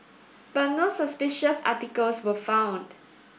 but no suspicious articles were found